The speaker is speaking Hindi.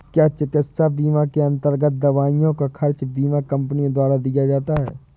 क्या चिकित्सा बीमा के अन्तर्गत दवाइयों का खर्च बीमा कंपनियों द्वारा दिया जाता है?